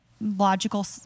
logical